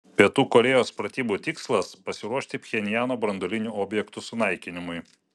pietų korėjos pratybų tikslas pasiruošti pchenjano branduolinių objektų sunaikinimui